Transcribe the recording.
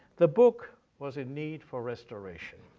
the book was in need for restoration.